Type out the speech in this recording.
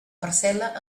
parcel·la